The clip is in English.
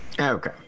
Okay